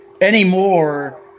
anymore